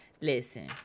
Listen